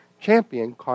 champion